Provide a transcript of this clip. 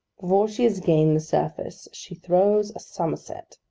before she has gained the surface, she throws a summerset.